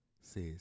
says